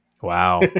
Wow